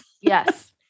Yes